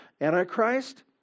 Antichrist